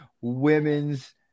women's